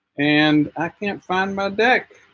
and i can't find my deck